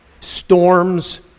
Storms